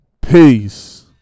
peace